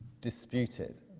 disputed